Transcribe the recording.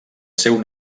seu